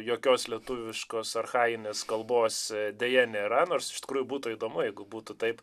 jokios lietuviškos archajinės kalbos deja nėra nors iš tikrųjų būtų įdomu jeigu būtų taip